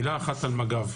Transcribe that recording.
מילה אחת על מג"ב: